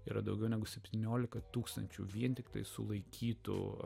yra daugiau negu septyniolika tūkstančių vien tiktai sulaikytų